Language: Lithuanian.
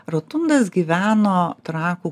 rotundas gyveno trakų